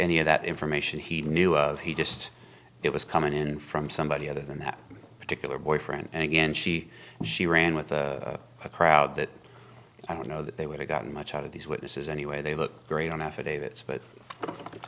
any of that information he knew of he just it was coming in from somebody other than that particular boyfriend and again she and she ran with a crowd that i don't know that they would have gotten much out of these witnesses anyway they look great on affidavits but